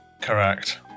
Correct